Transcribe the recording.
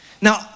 Now